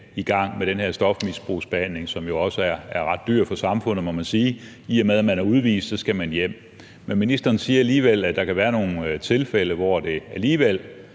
i gang med denne her stofmisbrugsbehandling, som man jo også må sige er ret dyr for samfundet. I og med at man er udvist, skal man hjem. Ministeren siger, at der kan være nogle tilfælde, hvor det alligevel